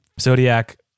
Zodiac